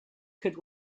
could